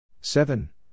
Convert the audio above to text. Seven